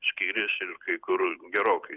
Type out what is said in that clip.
skyriasi ir kai kur gerokai